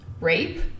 rape